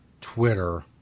twitter